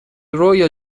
رویا